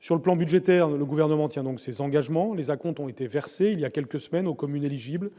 Sur le plan budgétaire, le Gouvernement tient ses engagements. Les acomptes ont été versés aux communes éligibles